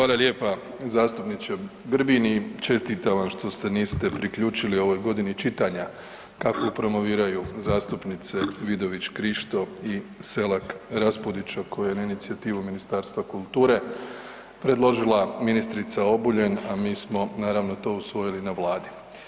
Hvala lijepa zastupniče Grbin i čestitam vam što se niste priključili ovoj godini čitanja kakvu promoviraju zastupnice Vidović Krišto i Selak Raspudić, a koju je na inicijativu Ministarstva kulture predložila ministrica Obuljen, a mi smo naravno to usvojili na Vladi.